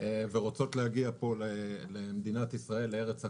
ורוצות להגיע למדינת ישראל, לארץ הקודש.